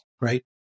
right